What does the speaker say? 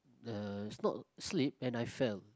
the it's not slip and I fell